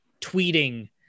tweeting